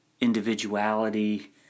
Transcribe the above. individuality